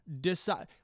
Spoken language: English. decide